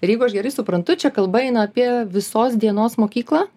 ir jeigu aš gerai suprantu čia kalba eina apie visos dienos mokyklą